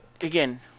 again